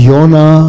Yona